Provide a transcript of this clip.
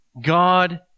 God